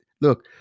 Look